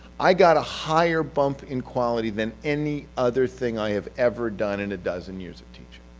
i got a higher bump in quality than any other thing i have ever done in a dozen years of teaching,